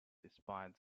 despite